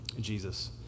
Jesus